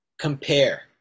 compare